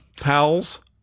pals